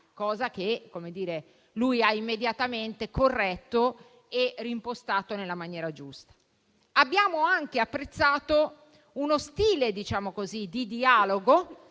cosa che ha immediatamente corretto e reimpostato nella maniera giusta. Abbiamo anche apprezzato uno stile di dialogo,